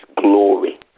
glory